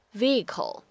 vehicle